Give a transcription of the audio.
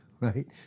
right